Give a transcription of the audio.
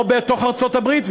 או בתוך ארצות-הברית,